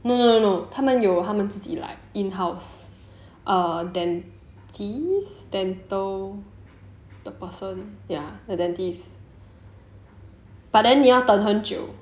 no no no 他们有他们自己 like in house err dentist dental the person ya a dentist but then 你要等很久